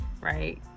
Right